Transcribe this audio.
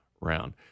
round